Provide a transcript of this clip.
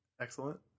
excellent